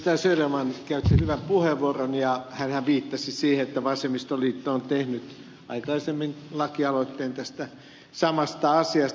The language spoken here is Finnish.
söderman käytti hyvän puheenvuoron ja hänhän viittasi siihen että vasemmistoliitto on tehnyt aikaisemmin lakialoitteen tästä samasta asiasta